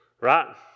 right